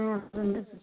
उम् उम्